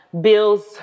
bills